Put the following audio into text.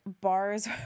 bars